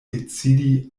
decidi